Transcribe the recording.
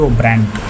brand